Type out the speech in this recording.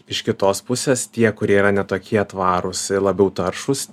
iš kitos pusės tie kurie yra ne tokie tvarūs labiau taršūs